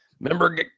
Remember